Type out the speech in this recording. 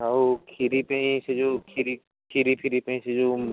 ଆଉ ଖିରି ପାଇଁ ସେ ଯେଉଁ ଖିରି ଖିରିଫିରି ପାଇଁ ସେ ଯେଉଁ